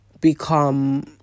become